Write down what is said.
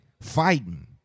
fighting